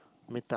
meet up